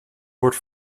word